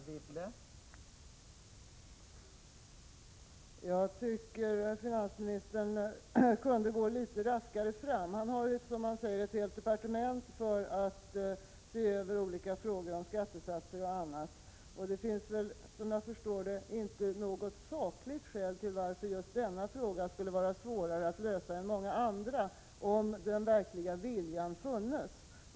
Fru talman! Jag tycker att finansministern kunde gå litet raskare fram. Han har ju, som han säger, ett helt departement för att se över olika frågor om skattesatser och annat. Det finns, som jag förstår det, inte något sakligt skäl till att just denna fråga skulle vara svårare att lösa än många andra, om den verkliga viljan funnes.